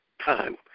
time